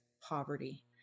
poverty